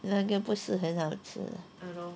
那个不是很好吃